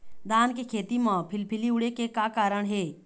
धान के खेती म फिलफिली उड़े के का कारण हे?